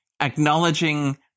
acknowledging